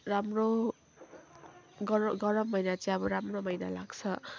राम्रो गरम गरम महिना चाहिँ अब राम्रो महिना लाग्छ